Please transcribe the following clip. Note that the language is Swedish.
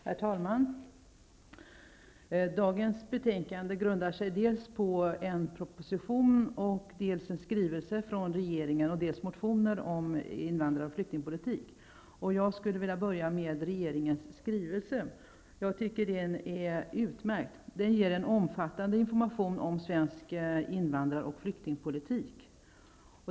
Herr talman! Dagens betänkande grundar sig på dels en proposition, dels en skrivelse från regeringen, dels motioner om invandrar och flyktingpolitiken. Jag skulle vilja börja med regeringens skrivelse. Jag tycker att den är utmärkt. Den ger en omfattande information om svensk invandrar och flyktingpolitik.